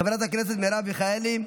חברת הכנסת מרב מיכאלי,